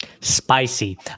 Spicy